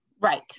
Right